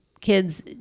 Kids